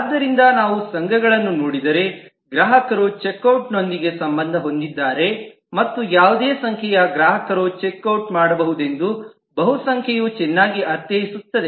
ಆದ್ದರಿಂದ ನಾವು ಸಂಘಗಳನ್ನು ನೋಡಿದರೆ ಗ್ರಾಹಕರು ಚೆಕ್ ಔಟ್ನೊಂದಿಗೆ ಸಂಬಂಧ ಹೊಂದಿದ್ದಾರೆ ಮತ್ತು ಯಾವುದೇ ಸಂಖ್ಯೆಯ ಗ್ರಾಹಕರು ಚೆಕ್ ಔಟ್ ಮಾಡಬಹುದೆಂದು ಬಹುಸಂಖ್ಯೆಯು ಚೆನ್ನಾಗಿ ಅರ್ಥೈಸುತ್ತದೆ